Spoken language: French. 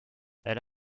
elle